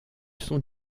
sont